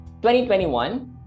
2021